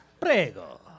Prego